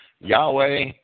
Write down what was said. Yahweh